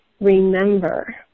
remember